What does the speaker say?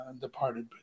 departed